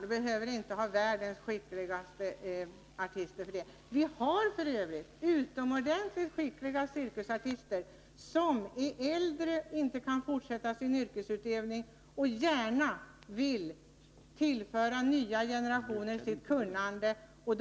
Vi behöver inte ha världens skickligaste artister som lärare. Vi har f. ö. utomordentligt skickliga cirkusartister som är äldre och inte kan fortsätta sin yrkesutövning men som gärna vill ge av sitt kunnande åt nya generationer.